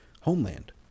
Homeland